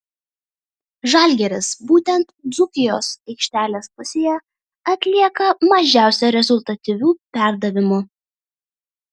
žalgiris būtent dzūkijos aikštelės pusėje atlieka mažiausiai rezultatyvių perdavimų